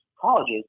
colleges